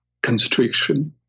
constriction